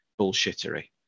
bullshittery